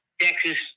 Texas